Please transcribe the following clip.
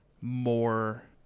more